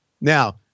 Now